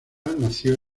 nació